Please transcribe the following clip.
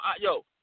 yo